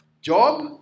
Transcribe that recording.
Job